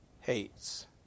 hates